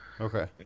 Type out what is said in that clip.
okay